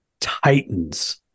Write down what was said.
titans